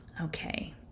okay